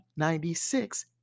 96